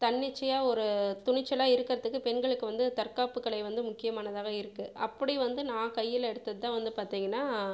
தன்னிச்சையா ஒரு துணிச்சலாக இருக்கிறத்துக்கு பெண்களுக்கு வந்து தற்காப்பு கலை வந்து முக்கியமானதாக இருக்குது அப்படி வந்து நான் கையில் எடுத்ததுதான் வந்து பார்த்தீங்கனா